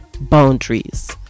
boundaries